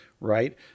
right